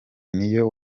n’iyo